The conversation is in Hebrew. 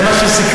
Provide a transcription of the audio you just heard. זה מה שסיכמת?